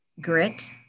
grit